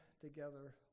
together